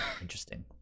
Interesting